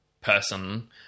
person